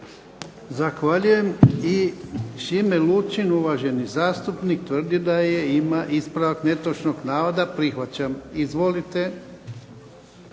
Zahvaljujem. I Šime Lučin, uvaženi zastupnik tvrdi da ima ispravak netočnog navoda. Prihvaćam. Izvolite.